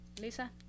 Lisa